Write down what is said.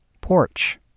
porch